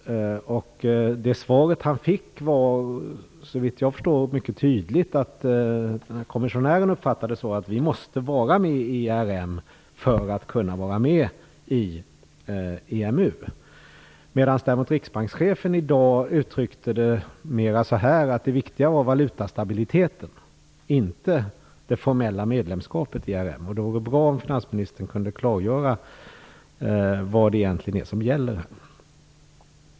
Det svar han fick var såvitt jag förstår mycket tydligt. Kommissionären uppfattade det så att vi måste vara med i ERM för att kunna vara med i EMU. Däremot uttryckte riksbankschefen i dag det mer som att det viktiga var valutastabiliteten, inte det formella medlemskapet i ERM. Det vore bra om finansministern kunde klargöra vad det egentligen är som gäller.